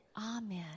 Amen